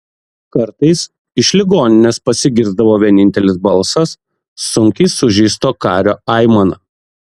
kartais iš ligoninės pasigirsdavo vienintelis balsas sunkiai sužeisto kario aimana